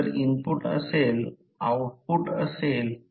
आता करंट वाढत आहे ते मूल्य oy पर्यंत पोहोचेल हे o आहे आणि हे y हे oy आहे